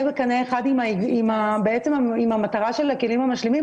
בקנה אחד עם המטרה של הכלים המשלימים,